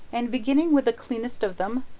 and, beginning with the cleanest of them,